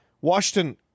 Washington